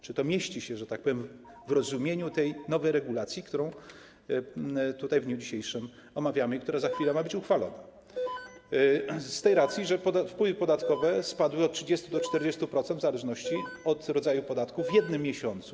Czy to mieści się, że tak powiem, w rozumieniu tej nowej regulacji, którą w dniu dzisiejszym omawiamy i która za chwilę ma być uchwalona, z tej racji, że wpływy podatkowe spadły od 30 do 40% w zależności od rodzaju podatku w jednym miesiącu?